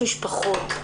משפחות,